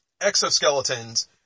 exoskeletons